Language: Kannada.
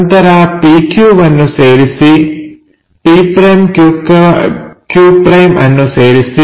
ನಂತರ pq ವನ್ನು ಸೇರಿಸಿ p'q' ಅನ್ನು ಸೇರಿಸಿ